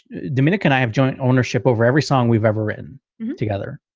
dominica, and i have joint ownership over every song we've ever written together.